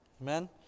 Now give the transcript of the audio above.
Amen